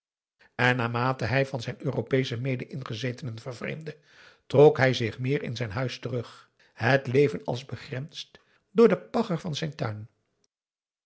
en naarmate hij van zijn europeesche mede ingezetenen vervreemdde trok hij zich meer in zijn huis terug het leven als begrensd door de pagger van zijn tuin